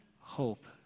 hope